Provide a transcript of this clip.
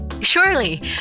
Surely